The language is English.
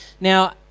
Now